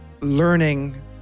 learning